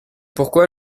pourquoi